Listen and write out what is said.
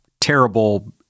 terrible